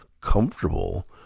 comfortable